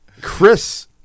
Chris